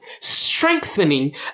strengthening